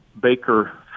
Baker